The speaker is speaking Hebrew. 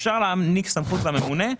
אפשר להעניק לממונה סמכות,